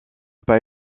pas